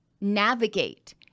navigate